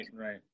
right